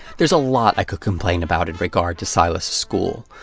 there's a lot i could complain about in regard to silas' school,